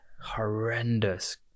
horrendous